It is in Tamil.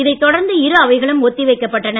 இதைத் தொடர்ந்து இரு அவைகளும் ஒத்தி வைக்கப்பட்டன